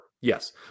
Yes